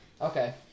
Okay